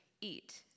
eat